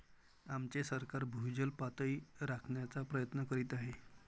आमचे सरकार भूजल पातळी राखण्याचा प्रयत्न करीत आहे